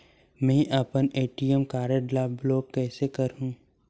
मै अपन ATM card ल ब्लाक कइसे करहूं?